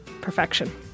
perfection